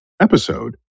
episode